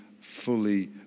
fully